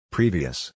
Previous